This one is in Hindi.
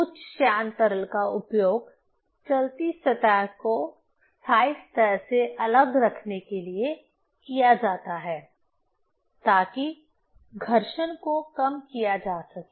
उच्च श्यान तरल का उपयोग चलती सतह को स्थायी सतह से अलग रखने के लिए किया जाता है ताकि घर्षण को कम किया जा सके